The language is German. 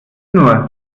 nur